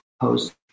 Post